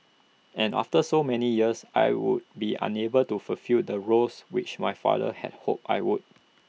and after so many years I would be unable to fulfil the roles which my father had hoped I would